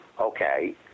Okay